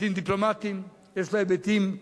יש לה היבטים דיפלומטיים,